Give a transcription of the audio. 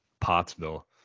Pottsville